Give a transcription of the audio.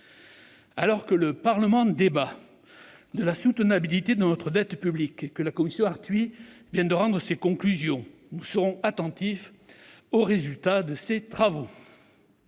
Alors que le Parlement débat de la soutenabilité de notre dette publique et que la commission Arthuis vient de rendre ses conclusions, nous serons attentifs aux résultats de ces travaux.